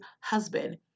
husband